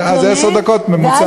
אז עשר דקות ממוצע.